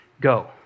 go